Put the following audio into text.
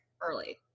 early